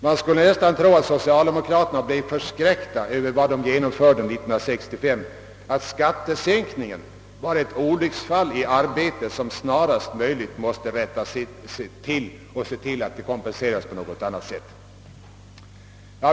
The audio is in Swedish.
Man skulle nästan kunna tro att socialdemokraterna blev förskräckta över vad de genomförde 1965, att skattesänkningen var ett olycksfall i arbetet som snarast möjligt måste rättas till.